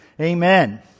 Amen